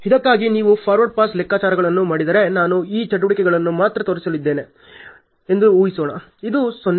ಇದಕ್ಕಾಗಿ ನೀವು forward pass ಲೆಕ್ಕಾಚಾರಗಳನ್ನು ಮಾಡಿದರೆ ನಾನು ಈ ಚಟುವಟಿಕೆಗಳನ್ನು ಮಾತ್ರ ತೋರಿಸಲಿದ್ದೇನೆ ಎಂದು ಹೂಹಿಸೋಣ